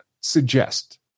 suggest